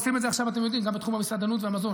אנחנו עושים את זה עכשיו גם בתחום המסעדנות והמזנון,